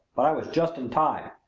but i was just in time.